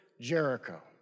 Jericho